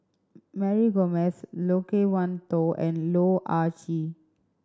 Mary Gomes Loke Wan Tho and Loh Ah Chee